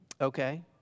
Okay